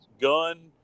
gun